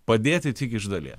padėti tik iš dalies